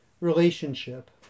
relationship